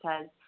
says